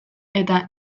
eta